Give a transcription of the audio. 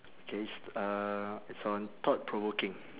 K it's uh it's on thought-provoking